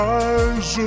eyes